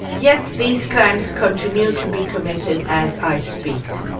yet these crimes continue to be committed as i speak.